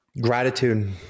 Gratitude